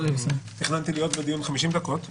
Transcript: תכננתי להיות בדיון 50 דקות.